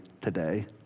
today